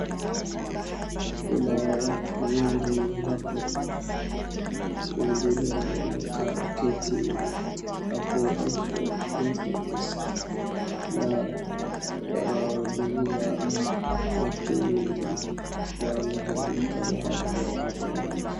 Kuna watu wengi hapo, wengine wanakaa kiti, hapo ni info desk na wanahudumia watu wengi inaonekana ni kama hapo.